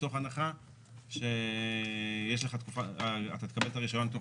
מתוך הנחה שאתה תקבל את הרישיון תוך